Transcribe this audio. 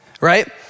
right